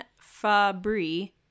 Fabry